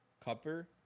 copper